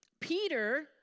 Peter